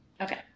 Okay